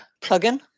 plugin